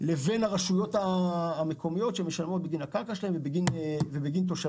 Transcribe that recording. לבין הרשויות המקומיות שמשלמות בגין הקרקע שלהן ובגין תושבים.